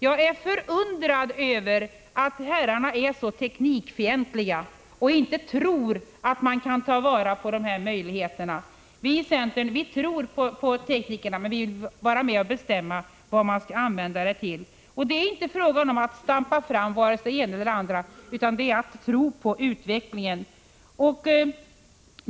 Jag är förundrad över att herrarna är så teknikfientliga och inte tror att man kan ta vara på dessa möjligheter. Vii centern tror på teknikerna, men vi vill vara med och bestämma till vad tekniken skall användas. Det är inte fråga om att stampa fram vare sig det ena eller det andra, utan det är fråga om att tro på utvecklingen.